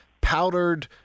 powdered